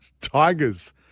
Tigers